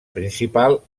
principal